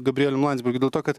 gabrielium landsbergiu dėl to kad